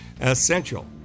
essential